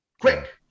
quick